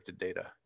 data